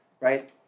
right